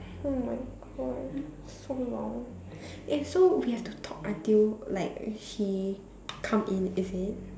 oh-my-God so long eh so we have to talk until like she come in is it